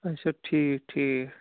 اَچھا ٹھیٖک ٹھیٖک